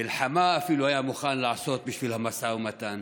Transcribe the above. מלחמה אפילו היה מוכן לעשות בשביל המשא ומתן.